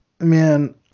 man